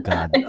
God